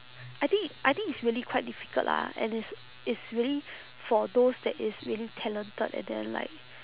I think I think it's really quite difficult lah and it's it's really for those that is really talented and then like